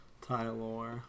Tyler